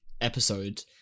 episode